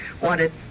wanted